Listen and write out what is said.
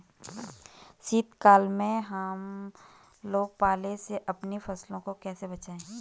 शीतकालीन में हम लोग पाले से अपनी फसलों को कैसे बचाएं?